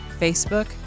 Facebook